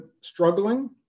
struggling